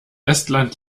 estland